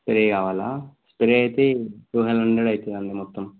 spray కావాలా spray అయితే two hundred అవుతుందండి మొత్తం